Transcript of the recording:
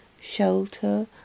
shelter